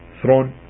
throne